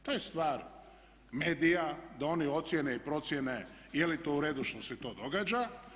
To je stvar medija da oni ocijene i procjene je li to u redu što se to događa.